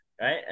right